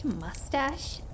mustache